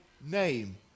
name